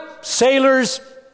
sailors